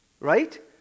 right